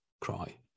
cry